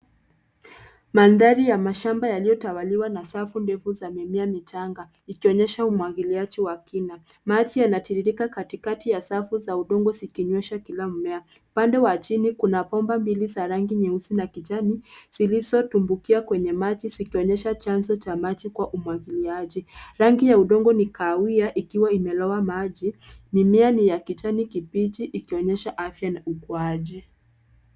Mandhari ya mashamba yaliyotawaliwa na safu ndefu za mimea michanga ikionyesha umwagiliaji wa kina. Maji yanatiririka katikati ya safu za udongo zikinywesha kila mmea. Upande wa chini kuna bomba mbili za rangi nyeusi na kijani zilizotumbukia kwenye maji zikionyesha chanzo cha maji kwa umwagiliaji. Rangi ya udongo ni kahawia ikiwa imelowa maji. Mimea ni ya kijani kibichi ikionyesha afya ni ukuaji.